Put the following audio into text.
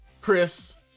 chris